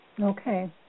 Okay